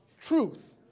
truth